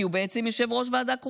כי הוא בעצם יושב-ראש ועדה קרואה,